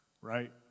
Right